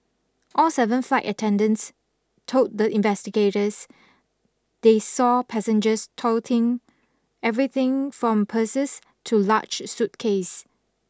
all seven flight attendants told the investigators they saw passengers toting everything from purses to large suitcases